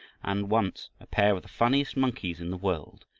and, once, a pair of the funniest monkeys in the world,